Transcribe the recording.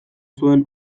zuen